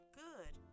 good